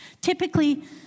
Typically